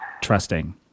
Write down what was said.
trusting